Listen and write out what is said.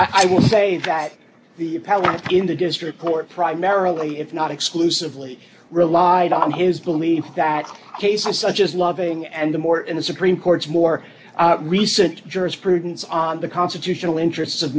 would say that the power in the district court primarily if not exclusively relied on his belief that cases such as loving and the more in the supreme court's more recent jurisprudence on the constitutional interests of